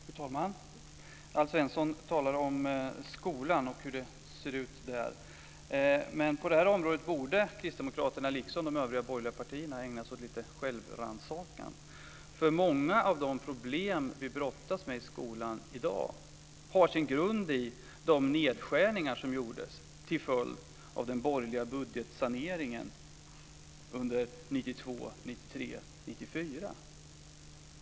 Fru talman! Alf Svensson talar om skolan och hur det ser ut där. Men på det här området borde Kristdemokraterna liksom de övriga borgerliga partierna ägna sig åt lite självrannsakan. Många av de problem vi brottas med i skolan i dag har nämligen sin grund i de nedskärningar som gjordes till följd av den borgerliga budgetsaneringen 1992-1994.